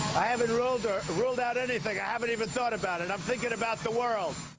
i haven't ruled ruled out anything. i haven't even thought about it. i'm thinking about the world.